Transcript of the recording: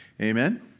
Amen